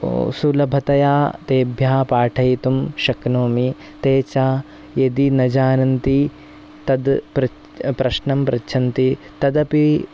सुलभतया तेभ्यः पाठयितुं शक्नोमि ते च यदि न जानन्ति तत् प्रश्नं पृच्छन्ति तदपि